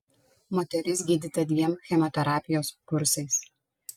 moteris gydyta dviem chemoterapijos kursais